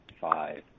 five